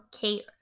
Kate